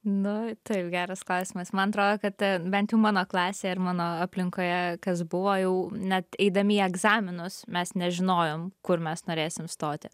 nu taip geras klausimas man atrodo kad bent jau mano klasėje ir mano aplinkoje kas buvo jau net eidami į egzaminus mes nežinojom kur mes norėsim stoti